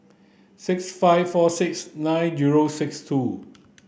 six five four six nine zero six two